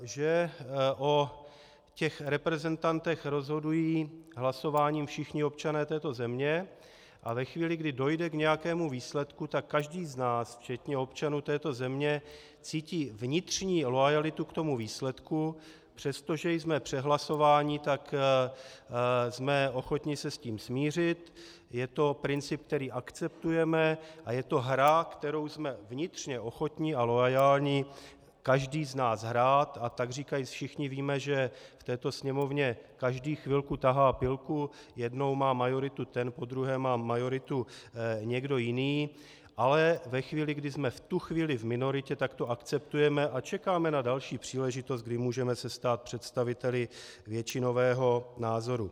To, že o těchto reprezentantech rozhodují hlasováním všichni občané této země a ve chvíli, kdy dojde k nějakému výsledku, tak každý z nás, včetně občanů naší země, cítí vnitřní loajalitu k výsledku, přestože jsme přehlasováni, jsme ochotni se s tím smířit, je to princip, který akceptujeme a je to hra, kterou jsme vnitřně ochotni a loajální každý z nás hrát, a takříkajíc všichni víme, že v této Sněmovně každý chvilku tahá pilku, jednou má majoritu ten, podruhé má majoritu někdo jiný, ale ve chvíli, kdy jsme v minoritě, tak to akceptujeme a čekáme na další příležitost, kdy se můžeme stát představiteli většinového názoru.